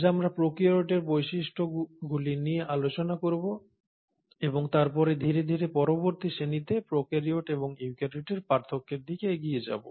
আজ আমরা প্রোকারিওটের বৈশিষ্ট্যগুলি নিয়ে আলোচনা করব এবং তারপরে ধীরে ধীরে পরবর্তী শ্রেণিতে প্রোকারিওট এবং ইউক্যারিওটের পার্থক্যের দিকে এগিয়ে যাব